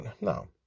no